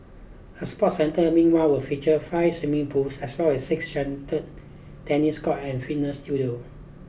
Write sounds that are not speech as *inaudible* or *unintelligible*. a sport centre meanwhile will feature five swimming pools as well as six *unintelligible* tennis court and fitness studio